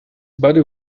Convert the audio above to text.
body